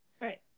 Right